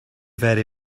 very